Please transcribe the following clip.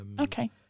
Okay